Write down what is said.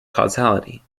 causality